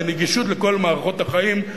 ונגישות לכל מערכות החיים,